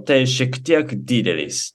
tai šiek tiek didelis